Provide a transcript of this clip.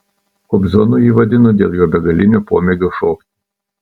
kobzonu jį vadinu dėl jo begalinio pomėgio šokti